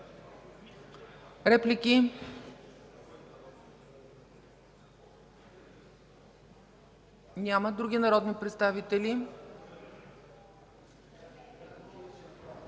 Реплики? Няма. Други народни представители?